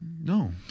no